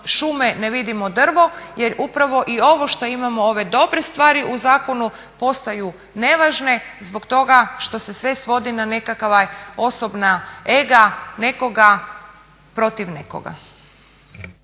šume ne vidimo drvo jer upravo i ovo što imamo ove dobre stvari u zakonu postaju nevažne zbog toga što se sve svodi na nekakva osobna ega nekoga protiv nekoga.